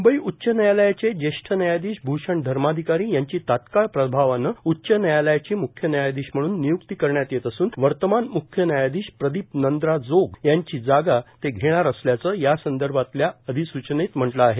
मुंबई उच्च न्यायालयाचे ज्येष्ठ न्यायाधीश भ्षण धर्माधिकारी यांची तात्काळ प्रभावानं उच्च न्यायालयाचे मुख्य न्यायाधीश म्हणून नियुक्ती करण्यात येत असून वर्तमान मुख्य न्यायाधीश प्रदीप नंद्राजोग यांची जागा ते घेणार असल्याचं यासंदर्भातल्या अधिसूचनेत म्हटलं आहे